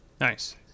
nice